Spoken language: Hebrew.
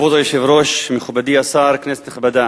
כבוד היושב-ראש, מכובדי השר, כנסת נכבדה,